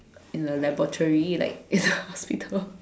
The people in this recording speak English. in a laboratory like in a hospital